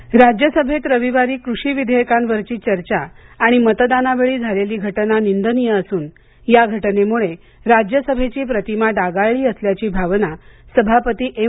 नायड् राज्यसभेत रविवारी कृषी विधेयकांवरची चर्चा आणि मतदानावेळी झालेली घटना निंदनीय असून या घटनेमुळे राज्यसभेची प्रतिमा डागाळली असल्याची भावना सभापती एम